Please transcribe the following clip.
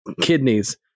kidneys